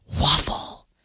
waffle